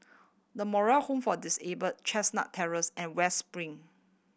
The Moral Home for Disabled Chestnut Terrace and West Spring